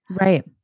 Right